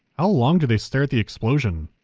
how long do they stare at the explosion?